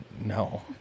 No